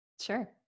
Sure